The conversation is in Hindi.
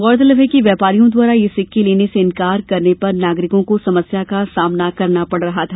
गौरतलब है कि व्यापारियों द्वारा ये सिक्के लेने से इंकार करने पर नागरिकों को समस्या का सामना करना पड़ रहा था